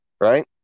Right